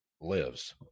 Lives